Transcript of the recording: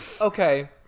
Okay